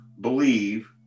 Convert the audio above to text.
believe